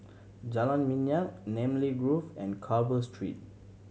Jalan Minyak Namly Grove and Carver Street